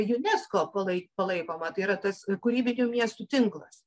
unesco palai palaikoma tai yra tas kūrybinių miestų tinklas